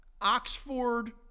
Oxford